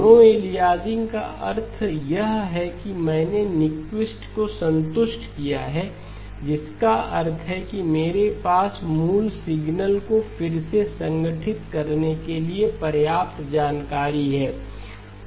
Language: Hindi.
नो अलियासिंग का अर्थ यह है कि मैंने न्यूक्विस्ट को संतुष्ट किया है जिसका अर्थ है कि मेरे पास मूल सिग्नल को फिर से संगठित करने के लिए पर्याप्त जानकारी है